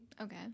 Okay